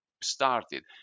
started